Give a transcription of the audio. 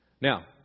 Now